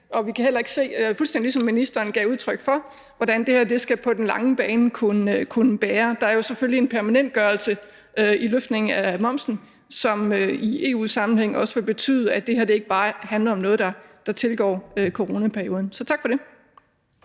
og vi kan heller ikke se, fuldstændig ligesom ministeren gav udtryk for, hvordan det her på den lange bane skal kunne bære. Der er jo selvfølgelig en permanentgørelse i løftningen af momsen, som i EU-sammenhæng også vil betyde, at det her ikke bare handler om noget, der omfatter coronaperioden. Så tak for det.